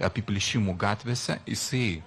apiplėšimų gatvėse jisai